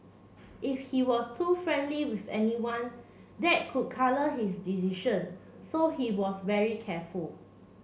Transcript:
if he was too friendly with anyone that could colour his decision so he was very careful